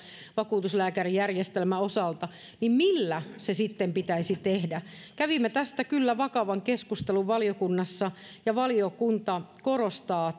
vakuutuslääkärijärjestelmän osalta niin millä se sitten pitäisi tehdä kävimme tästä kyllä vakavan keskustelun valiokunnassa ja valiokunta korostaa